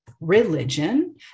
religion